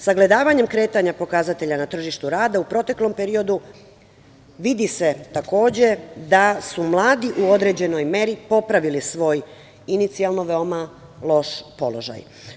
Sagledavanjem kretanja pokazatelja na tržištu rada u proteklom periodu, vidi se takođe da su mladi u određenoj meri popravili svoj inicijalno veoma loš položaj.